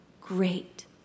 great